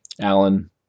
Alan